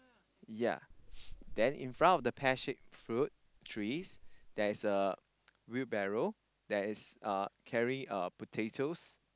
yea then in front of the pear shaped fruit trees there is a wheelbarrow that is uh carrying uh potatoes